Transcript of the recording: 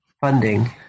funding